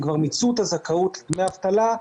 הם כבר מיצו את הזכאות לדמי אבטלה,